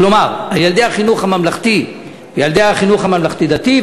כלומר על ילדי החינוך הממלכתי ועל ילדי החינוך הממלכתי-דתי,